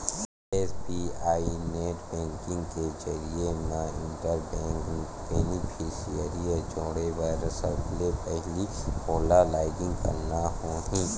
SBI net banking के जरिए म इंटर बेंक बेनिफिसियरी जोड़े बर सबले पहिली ओला लॉगिन करना होही